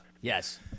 Yes